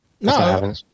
No